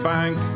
Bank